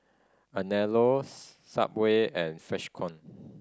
Anello Subway and Freshkon